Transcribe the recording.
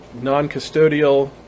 non-custodial